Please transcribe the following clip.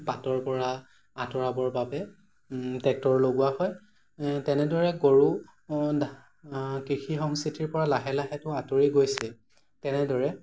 বাটৰ পৰা আঁতৰাবৰ বাবে টেক্টৰ লগোৱা হয় তেনেদৰে গৰু কৃষি সংস্কৃতিৰ পৰা লাহে লাহেতো আঁতৰি গৈছেই তেনেদৰে